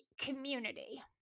community